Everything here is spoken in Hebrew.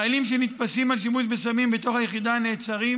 חיילים שנתפסים על שימוש בסמים בתוך היחידה נעצרים